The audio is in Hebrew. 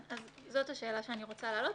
זאת השאלה שאני רוצה להעלות.